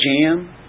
jam